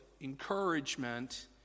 encouragement